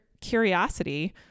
curiosity